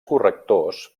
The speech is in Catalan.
correctors